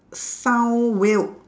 sound weird